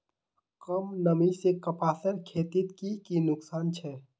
कम नमी से कपासेर खेतीत की की नुकसान छे?